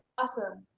awesome!